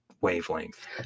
wavelength